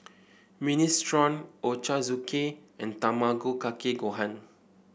Minestrone Ochazuke and Tamago Kake Gohan